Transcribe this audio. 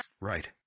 Right